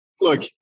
look